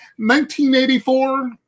1984